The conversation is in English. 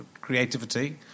creativity